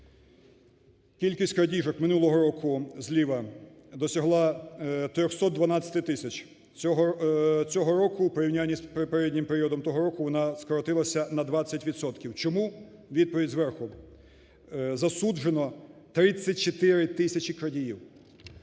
Кількість крадіжок минулого року (зліва) досягла 312 тисяч. Цього року у порівнянні з попереднім періодом того року вона скоротилася на 20 відсотків. Чому? Відповідь зверху: засуджено 34 тисячі крадіїв.